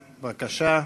בבקשה.